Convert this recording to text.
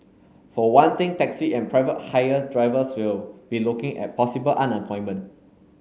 for one thing taxi and private hire drivers will be looking at possible unemployment